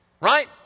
Right